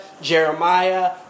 Jeremiah